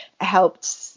helped